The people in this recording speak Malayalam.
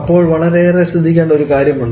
അപ്പോൾ വളരെയേറെ ശ്രദ്ധിക്കേണ്ട ഒരു കാര്യമുണ്ട്